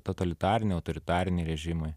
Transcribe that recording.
totalitariniai autoritariniai režimai